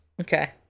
Okay